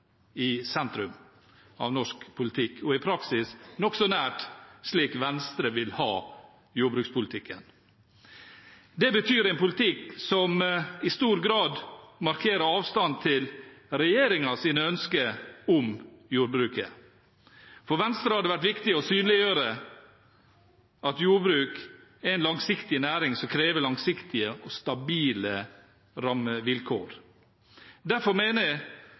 i sentrum av norsk politikk, og i praksis nokså nært slik Venstre vil ha jordbrukspolitikken. Det betyr en politikk som i stor grad markerer avstand til regjeringens ønsker om jordbruket. For Venstre har det vært viktig å synliggjøre at jordbruk er en langsiktig næring, som krever langsiktige og stabile rammevilkår. Derfor mener jeg